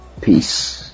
Peace